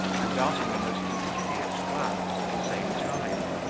and darting a most insidious glance at the same time.